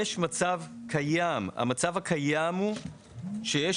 המצב הקיים הוא שיש